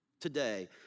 today